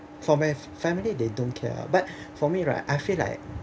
for my family they don't care but for me right I feel like